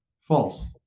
false